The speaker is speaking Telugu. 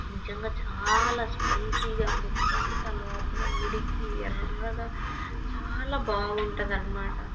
నిజంగా చాలా స్పైసీగా ముక్క అంతా లోపల ఉడికి ఎర్రగా చాలా బాగుంటుంది అన్నమాట